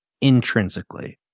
intrinsically